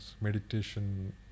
Meditation